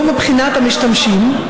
לא מבחינת המשתמשים,